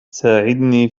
ساعدني